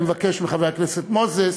אני מבקש מחבר הכנסת מוזס,